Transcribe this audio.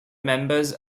members